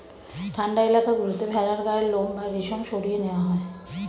ঠান্ডা এলাকা গুলোতে ভেড়ার গায়ের লোম বা রেশম সরিয়ে নেওয়া হয়